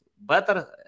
better